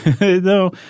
No